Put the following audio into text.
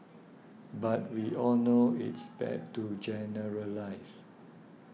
but we all know it's bad to generalise